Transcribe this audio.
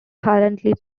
currently